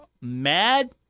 mad